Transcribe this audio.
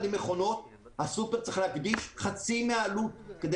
עם מכונות הסופרמרקט צריך להקדיש חצי מהעלות כדי